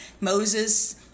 Moses